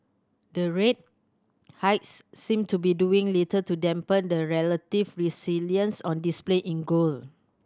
the rate hikes seem to be doing little to dampen the relative resilience on display in gold